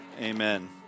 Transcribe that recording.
amen